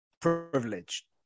privilege